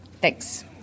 Thanks